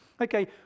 Okay